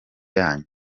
yanyu